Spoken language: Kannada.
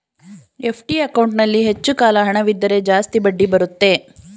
ಎಫ್.ಡಿ ಅಕೌಂಟಲ್ಲಿ ಹೆಚ್ಚು ಕಾಲ ಹಣವಿದ್ದರೆ ಜಾಸ್ತಿ ಬಡ್ಡಿ ಬರುತ್ತೆ